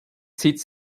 sitz